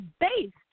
based